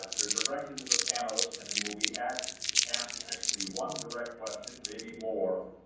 they're directed to the panelists and they will be asked asked actually one direct question, maybe more,